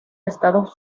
estados